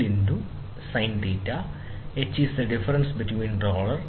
അതിനാൽ ഇതുപയോഗിച്ച് നമുക്ക് h കണ്ടുപിടിക്കാൻ ശ്രമിക്കാം ഉയരം L അല്ലാതെ മറ്റൊന്നുമല്ല